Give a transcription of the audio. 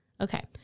Okay